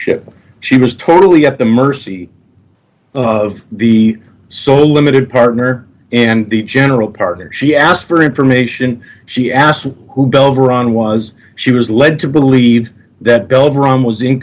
ship she was totally at the mercy of the so limited partner and the general partner she asked for information she asked who belgorod was she was led to believe that